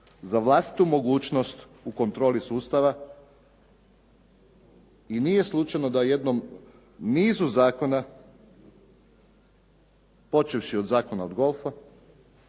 za vlastitu mogućnost u kontroli sustava i nije slučajno da u jednom nizu zakona, počevši od Zakona o golfu